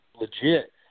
legit